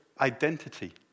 identity